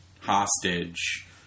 hostage